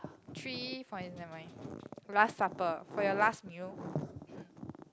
three point never mind last supper for your last meal